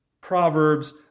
Proverbs